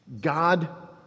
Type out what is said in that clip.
God